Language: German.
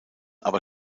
aber